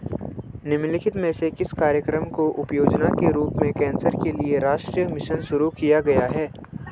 निम्नलिखित में से किस कार्यक्रम को उपयोजना के रूप में कैंसर के लिए राष्ट्रीय मिशन शुरू किया गया है?